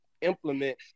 implement